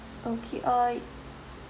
okay uh